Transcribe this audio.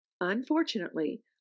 Unfortunately